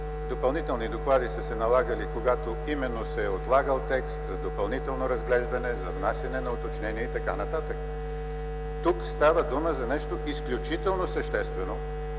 Допълнителни доклади са се налагали, когато именно се е отлагал текст за допълнително разглеждане, за внасяне за уточнения и т.н. Тук става дума за нещо изключително съществено,